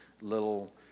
little